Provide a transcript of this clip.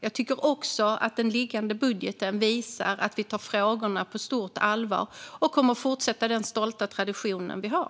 Jag tycker också att den framlagda budgeten visar att vi tar frågorna på stort allvar och kommer att fortsätta med den stolta tradition som vi har.